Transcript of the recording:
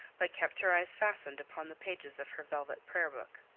but kept her eyes fastened upon the pages of her velvet prayer-book.